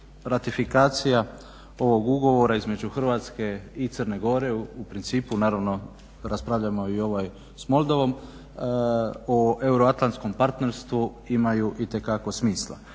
ratifikacija ovog ugovora između Hrvatske i Crne Gore u principu naravno raspravljamo i ovaj s Moldovom o euroatlantskom partnerstvu imaju itekako smisla.